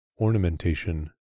ornamentation